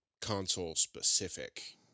console-specific